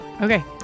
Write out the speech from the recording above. Okay